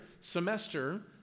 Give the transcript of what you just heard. semester